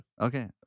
okay